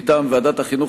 מטעם ועדת החינוך,